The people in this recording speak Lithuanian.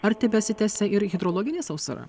ar tebesitęsia ir hidrologinė sausara